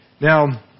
Now